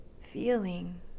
feeling